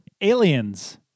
Aliens